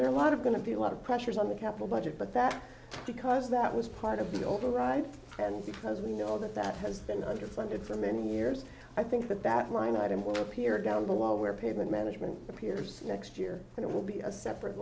there are a lot of going to be a lot of pressures on the capital budget but that because that was part of the overriding trend because we know that that has been underfunded for many years i think that that line item or appeared on the wall where people in management appears next year it will be a separate